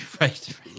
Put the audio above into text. Right